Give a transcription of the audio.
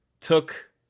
took